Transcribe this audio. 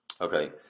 Okay